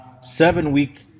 seven-week